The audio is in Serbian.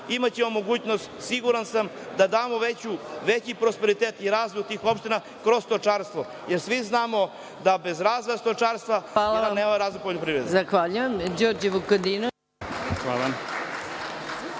imaćemo mogućnost, siguran sam, da damo veći prosperitet i razvoj tih opština kroz stočarstvo, jer svi znamo da bez razvoja stočarstva nema razvoja poljoprivrede.